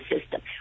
system